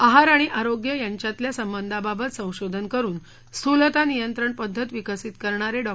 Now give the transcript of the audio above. आहार आणि आरोग्य यांच्यातल्या संबंधाबाबत संशोधन करून स्थूलता नियंत्रण पद्धत विकसित करणारे डॉ